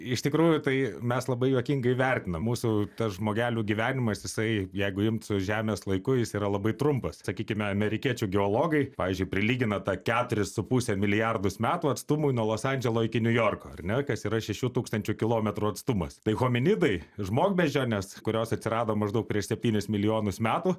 iš tikrųjų tai mes labai juokingai vertinam mūsų tas žmogelių gyvenimas jisai jeigu imt žemės laiku jis yra labai trumpas sakykime amerikiečių geologai pavyzdžiui prilygina tą keturis su puse milijardus metų atstumui nuo los andželo iki niujorko ar ne kas yra šešių tūkstančių kilometrų atstumas tai hominidai žmogbeždžionės kurios atsirado maždaug prieš septynis milijonus metų